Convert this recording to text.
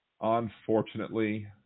Unfortunately